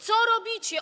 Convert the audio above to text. Co robicie?